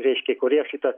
reiškia kurie šitą